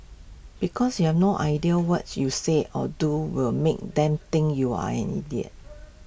because you have no idea what you say or do will make them think you're an idiot